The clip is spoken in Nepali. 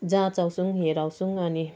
जँचाउँछौँ हेराउँछौँ अनि